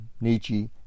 Nietzsche